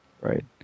Right